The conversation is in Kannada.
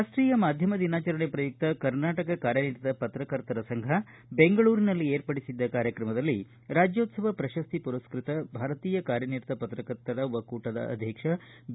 ರಾಷ್ಟೀಯ ಮಾಧ್ಯಮ ದಿನಾಚರಣೆ ಪ್ರಯುಕ್ತ ಕರ್ನಾಟಕ ಕಾರ್ಯನಿರತ ಪತ್ರಕರ್ತರ ಸಂಘ ದೆಂಗಳೂರಿನಲ್ಲಿ ಏರ್ಪಡಿಸಿದ್ದ ಕಾರ್ಯಕ್ರಮದಲ್ಲಿ ರಾಜ್ಜೋತ್ಸವ ಪ್ರಶಸ್ತಿ ಪುರಸ್ಕೃತ ಭಾರತೀಯ ಕಾರ್ಯನಿರತ ಪತ್ರಕರ್ತರ ಒಕ್ಕೂಟದ ಅಧ್ಯಕ್ಷ ಬಿ